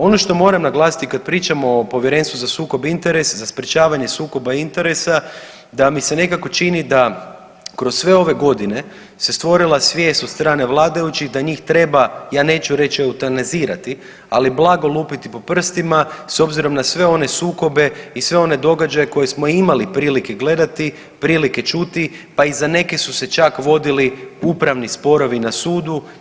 Ono što moram naglasiti kad pričamo o Povjerenstvu za sukob interesa, za sprječavanje sukoba interesa da mi se nekako čini da kroz sve ove godine se stvorila svijest od strane vladajućih da njih treba ja neću reći eutanizirati, ali blago lupiti po prstima s obzirom na sve one sukobe i sve one događaje koje smo imali prilike gledati, prilike čuti, pa i za neke su se čak vodili upravni sporovi na sudu.